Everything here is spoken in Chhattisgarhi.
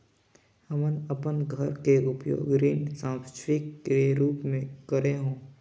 हमन अपन घर के उपयोग ऋण संपार्श्विक के रूप म करे हों